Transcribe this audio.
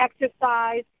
exercise